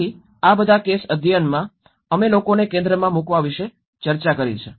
તેથી આ બધા કેસ અધ્યયનમાં અમે લોકોને કેન્દ્રમાં મૂકવા વિશે ચર્ચા કરી છે